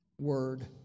Word